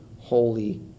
holy